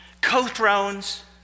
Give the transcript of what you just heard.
Co-thrones